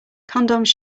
condoms